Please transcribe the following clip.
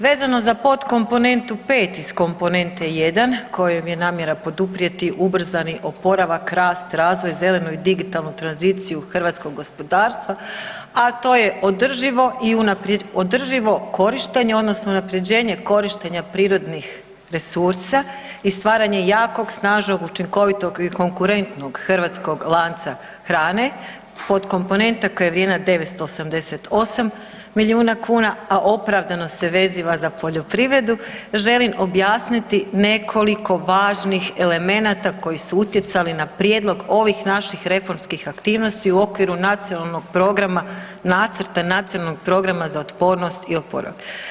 Vezano za potkomponentu 5 iz komponente 1 kojom je namjera poduprijeti ubrzani oporavak, rast, razvoj, zelenu i digitalnu tranziciju hrvatskog gospodarstva, a to je održivo korištenje odnosno unapređenje korištenja prirodnih resursa i stvaranje jakog, snažnog, učinkovitog i konkurentnog hrvatskog lanca hrane potkomponenta koja je vrijedna 988 milijuna kuna, a opravdano se veziva za poljoprivredu želim objasniti nekoliko važnih elemenata koji su utjecali na prijedlog ovih naših reformskih aktivnosti u okviru Nacionalnog programa nacrta nacionalnog programa za otpornost i oporavak.